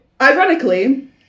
Ironically